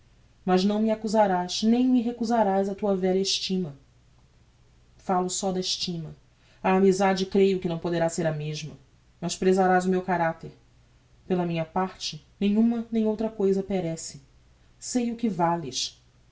mas não me accusarás nem me recusarás a tua velha estima falo só da estima a amisade creio que não poderá ser a mesma mas presarás o meu caracter pela minha parte nem uma nem outra cousa perece sei o que vales não